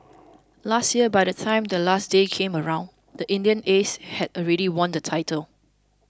last year by the time the last day came around the Indian Aces had already won the title